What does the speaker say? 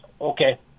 Okay